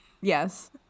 Yes